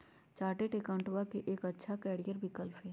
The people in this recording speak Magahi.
चार्टेट अकाउंटेंटवा के एक अच्छा करियर विकल्प हई